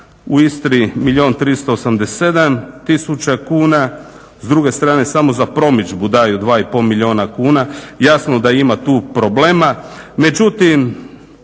i 387 tisuća kuna, s druge strane samo za promidžbu daju 2,5 milijuna kuna. Jasno da ima tu problema, međutim